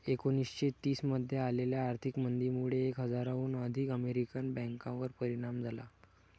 एकोणीसशे तीस मध्ये आलेल्या आर्थिक मंदीमुळे एक हजाराहून अधिक अमेरिकन बँकांवर परिणाम झाला